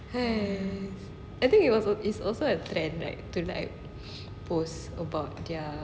!haiya! I think it was it's also a friend right to like post about their